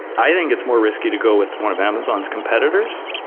i think it's more risky to go with one of amazon's competitors,